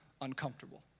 uncomfortable